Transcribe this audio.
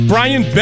Brian